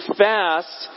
fast